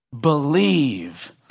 believe